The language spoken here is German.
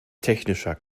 technischer